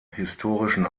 historischen